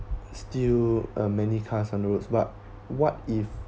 still uh many cars on the roads but what if